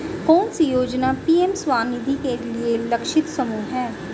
कौन सी योजना पी.एम स्वानिधि के लिए लक्षित समूह है?